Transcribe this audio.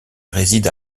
réside